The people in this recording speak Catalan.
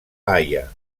haia